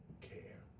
care